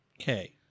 Okay